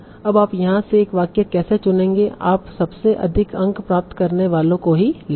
अब आप यहाँ से एक वाक्य कैसे चुनेंगे आप सबसे अधिक अंक प्राप्त करने वाले को ही लेंगे